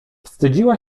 wstydziła